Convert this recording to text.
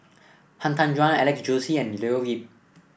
Han Tan Juan Alex Josey and Leo Yip